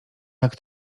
jak